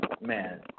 Man